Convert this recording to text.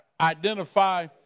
identify